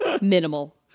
Minimal